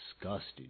disgusted